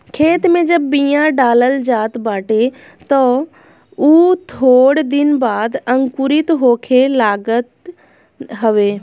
खेते में जब बिया डालल जात बाटे तअ उ थोड़ दिन बाद अंकुरित होखे लागत हवे